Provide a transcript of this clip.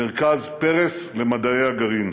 מרכז פרס למדעי הגרעין.